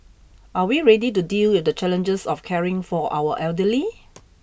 are we ready to deal with the challenges of caring for our elderly